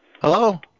Hello